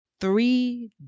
three